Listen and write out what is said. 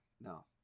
no